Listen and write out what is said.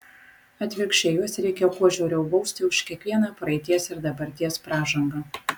atvirkščiai juos reikia kuo žiauriau bausti už kiekvieną praeities ir dabarties pražangą